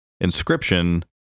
Inscription